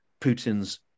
Putin's